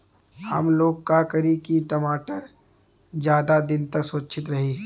हमलोग का करी की टमाटर ज्यादा दिन तक सुरक्षित रही?